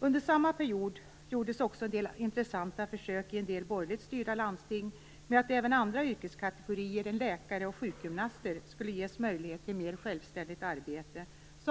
Under samma period gjordes också en del intressanta försök i en del borgerligt styrda landsting. Även andra yrkeskategorier än läkare och sjukgymnaster skulle nämligen ges möjlighet till mera självständigt arbete,